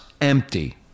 empty